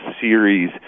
series